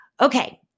Okay